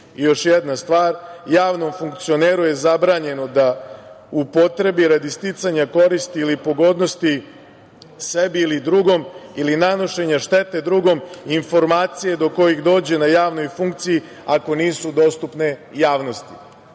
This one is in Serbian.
Još jedna stvar, javnom funkcioneru je zabranjeno da upotrebi radi sticanja koristi ili pogodnosti sebi ili drugom ili nanošenja štete drugom informacije do kojih dođe na javnoj funkciji ako nisu dostupne javnosti.